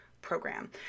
program